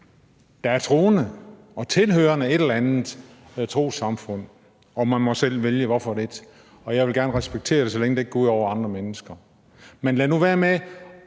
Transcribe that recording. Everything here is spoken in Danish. der er troende og tilhører et eller andet trossamfund – og man må selv vælge hvad for et – og jeg vil gerne respektere det, så længe det ikke går ud over andre mennesker. Men lad nu være med